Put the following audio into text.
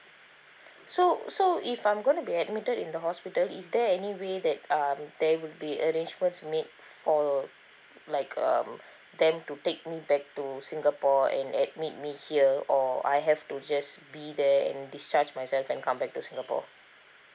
so so if I'm gonna be admitted in the hospital is there any way that um there would be arrangements made for like um them to take me back to singapore and admit me here or I have to just be there and discharge myself and come back to singapore